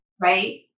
right